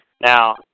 Now